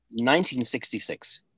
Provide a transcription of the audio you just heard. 1966